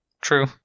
True